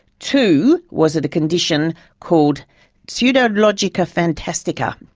two, was it a condition called pseudologia fantastica,